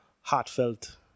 heartfelt